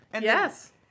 Yes